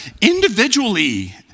individually